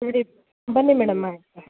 ಸರಿ ಬನ್ನಿ ಮೇಡಮ್ ಮಾಡ್ಸೋಣ